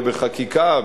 בחקיקה,